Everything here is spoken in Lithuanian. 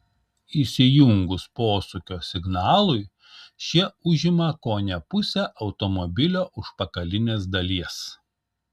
įsijungus posūkio signalui šie užima kone pusę automobilio užpakalinės dalies